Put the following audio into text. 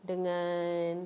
dengan